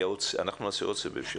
אנחנו נעשה עוד סבב.